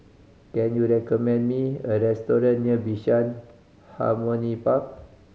can you recommend me a restaurant near Bishan Harmony Park